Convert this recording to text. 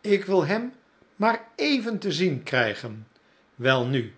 ik wil hem maar even te zien krijgen welnu